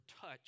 touch